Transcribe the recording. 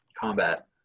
combat